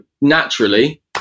naturally